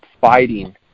fighting